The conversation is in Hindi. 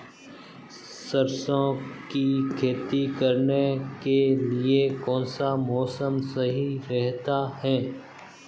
सरसों की खेती करने के लिए कौनसा मौसम सही रहता है?